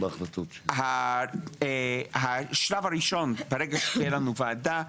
ברגע שתהיה לנו ועדה,